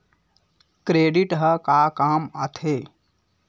Credit ह का काम आथे?